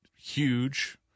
huge